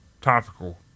Topical